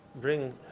bring